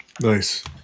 Nice